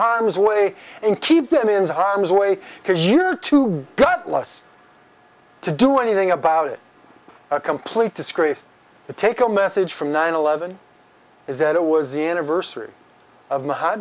harm's way and keep them in harm's way because you know to gutless to do anything about it a complete disgrace to take a message from nine eleven is that it was the anniversary of mahat